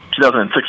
2006